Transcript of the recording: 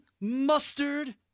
mustard